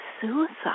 suicide